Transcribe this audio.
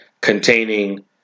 containing